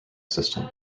system